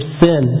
sin